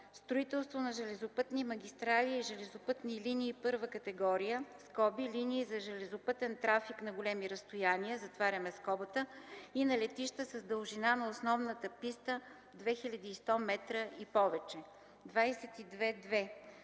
Строителство на железопътни магистрали и железопътни линии I категория (линии за железопътен трафик на големи разстояния) и на летища с дължина на основната писта 2100 м и повече. 22.2.